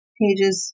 pages